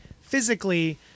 physically